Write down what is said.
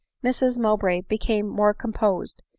mrs mowbray became more composed,